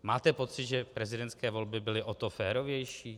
Máte pocit, že prezidentské volby byly o to férovější?